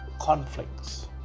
conflicts